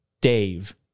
Dave